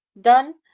Done